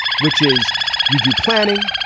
which is you do planning,